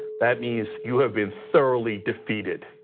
that means you have been thoroughly defeated.